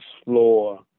explore